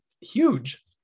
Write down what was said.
huge